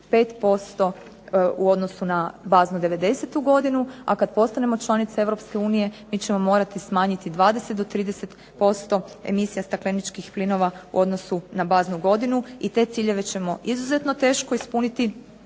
5% u odnosu na baznu '90. godinu, a kad postanemo članica EU mi ćemo morati smanjiti 20 do 30% emisija stakleničkih plinova u odnosu na baznu godinu. I te ciljeve ćemo izuzetno teško ispuniti,